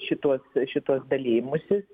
šituos šituos dalijimusis